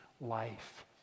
life